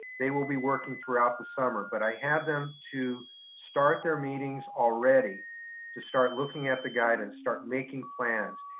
they will be working throughout the summer. but i had them to start their meetings meetings already to start looking at the guidance, start making plans.